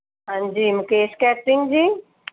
ਹਾਂਜੀ ਮੁਕੇਸ਼ ਕੈਟ੍ਰਿੰਗ ਜੀ